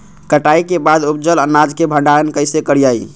कटाई के बाद उपजल अनाज के भंडारण कइसे करियई?